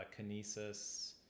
kinesis